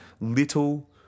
little